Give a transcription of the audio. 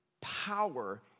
power